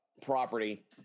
property